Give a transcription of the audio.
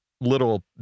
little